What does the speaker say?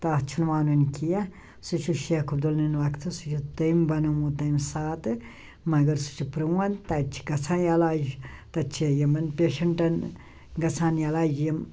تتھ چھُنہٕ وَنُن کیٚنٛہہ سُہ چھُ شیخ عبدُ اللہ نہٕ وَقتُک سُہ چھُ تٔمۍ بَنوومُت تَمہِ ساتہٕ مگر سُہ چھُ پرٛون تتہِ چھُ گَژھان علاج تتہِ چھِ یِمَن پیشَنٹَن گَژھان علاج یِم